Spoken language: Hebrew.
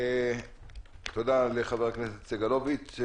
תודה לחבר הכנסת סגלוביץ'.